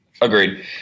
Agreed